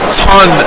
ton